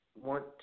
want